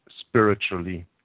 spiritually